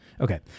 okay